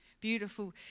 beautiful